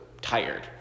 tired